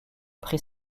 pris